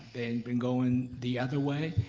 and been going the other way.